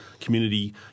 community